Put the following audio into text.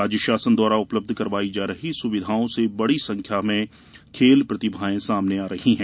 राज्य शासन द्वारा उपलब्ध करवाई जा रही सुविधाओं से बड़ी संख्या में खेल प्रतिभाएँ सामने आ रही हैं